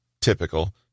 typical